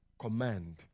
command